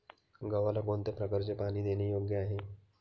गव्हाला कोणत्या प्रकारे पाणी देणे योग्य आहे?